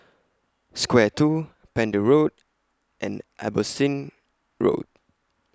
Square two Pender Road and Abbotsingh Road